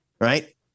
Right